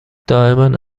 دائما